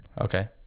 Okay